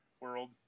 world